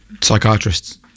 psychiatrists